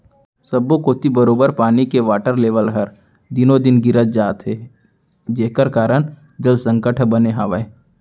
सब्बो कोती बरोबर पानी के वाटर लेबल हर दिनों दिन गिरत जात हे जेकर कारन जल संकट ह बने हावय